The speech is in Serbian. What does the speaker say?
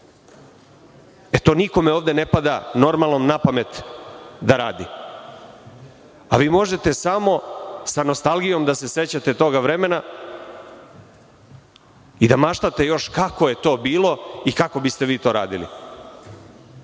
normalnom ovde ne pada na pamet da radi, a vi možete samo sa nostalgijom da se sećate toga vremena i da maštate još kako je to bilo i kako biste vi to radili. Zaista